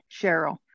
Cheryl